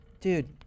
dude